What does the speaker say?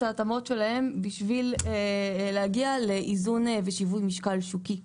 ההתאמות שלהן בשביל להגיע לאיזון ושיווי משקל שוקי.